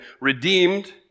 redeemed